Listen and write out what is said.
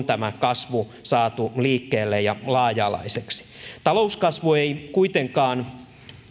tämä kasvu saatu liikkeelle ja laaja alaiseksi talouskasvu ei kuitenkaan